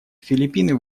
филиппины